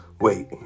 Wait